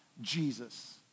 Jesus